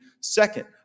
Second